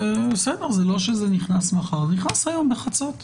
זה לא שזה נכנס מחר, זה נכנס היום בחצות.